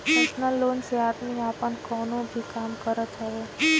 personal loan से आदमी आपन कवनो भी काम करत हवे